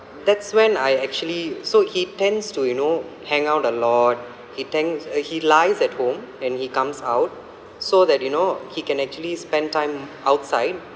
that's when I actually so he tends to you know hang out a lot he thinks uh he lies at home and he comes out so that you know he can actually spend time outside